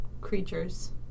creatures